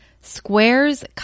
squares